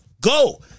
go